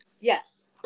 yes